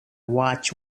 watch